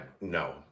No